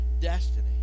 destiny